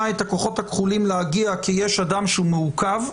את הכוחות הכחולים להגיע כי יש אדם שהוא מעוכב,